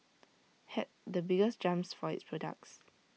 had the biggest jumps for its products